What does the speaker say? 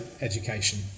education